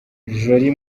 jolie